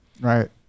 right